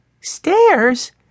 Stairs